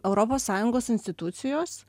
europos sąjungos institucijos